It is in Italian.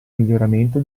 miglioramento